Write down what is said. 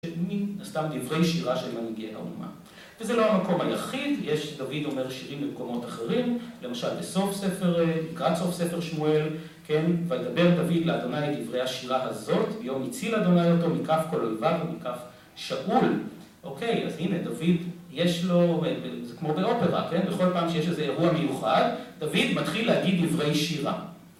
מן הסתם דברי שירה של מנהיגי האומה. וזה לא המקום היחיד, יש, דוד אומר שירים במקומות אחרים, למשל בסוף ספר, לקראת סוף ספר שמואל, כן, וידבר דוד לאדוני את דברי השירה הזאת, ויום הציל אדוני אותו מכף כל אויביו ומכף שאול. אוקיי, אז הנה, דוד, יש לו, זה כמו באופרה, כן? בכל פעם שיש איזה אירוע מיוחד, דוד מתחיל להגיד דברי שירה.